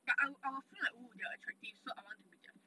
but I will I will feel like ooh they are attractive so I want to be their friend